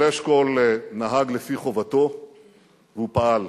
אבל אשכול נהג לפי חובתו והוא פעל.